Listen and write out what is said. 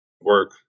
work